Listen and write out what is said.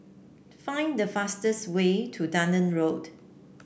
find the fastest way to Dunearn Road